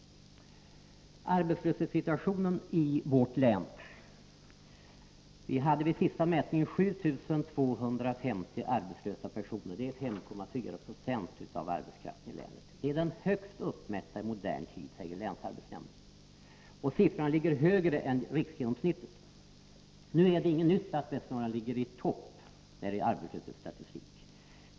Beträffande arbetslöshetssituationen i vårt län: Vid sista mätningen hade vi 7 250 arbetslösa personer. Det är 5,4 90 av arbetskraften i länet. Det är den högsta uppmätta siffran i modern tid, säger länsarbetsnämnden. Och siffran ligger högre än riksgenomsnittet. Det är inte något nytt att Västernorrlands län ligger i topp i arbetslöshetsstatistiken.